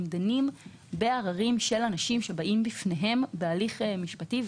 והם דנים בעררים של אנשים שבאים בפניהם בהליך משפטי.